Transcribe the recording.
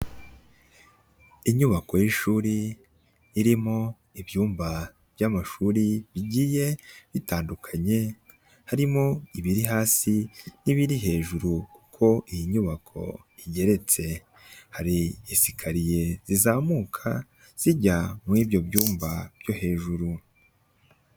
Inyubako y'ishuri irimo ibyumba by'amashuri bigiye bitandukanye, harimo ibiri hasi n'ibiri hejuru kuko iyi nyubako igeretse, hari esikariye zizamuka zijya muri ibyo byumba byo hejuru.